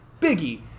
Biggie